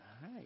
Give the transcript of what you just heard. Hi